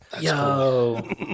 Yo